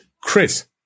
Chris